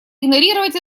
игнорировать